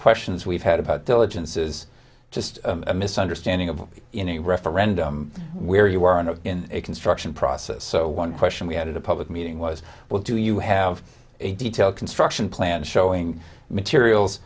questions we've had about diligence is just a misunderstanding of in a referendum where you are in a construction process so one question we had a public meeting was well do you have a detailed construction plan showing materials